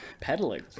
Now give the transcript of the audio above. Pedaling